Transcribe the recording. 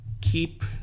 keep